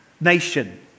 nation